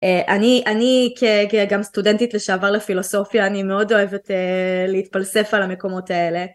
אני כ... גם סטודנטית לשעבר לפילוסופיה אני מאוד אוהבת להתפלסף על המקומות האלה.